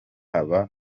manywa